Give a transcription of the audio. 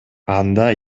анда